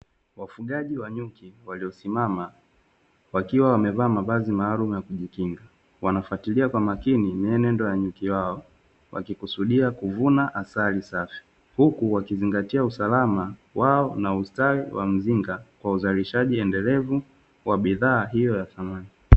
Wafugaji wa nyuki waliyosimama wakiwa wamevaa mavazi maalumu ya kujikinga wanafatilia kwa makini mienendo ya nyuki wao wakikusudia kuvuna asali safi, huku wakizingatia usalama wao na ustawi wa mzinga kwa uzalishaji endelevu wa bidhaa hiyo ya thamani.